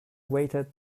waited